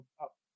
Up